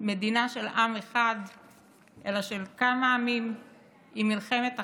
מדינה של עם אחד אלא של כמה עמים עם מלחמת אחים?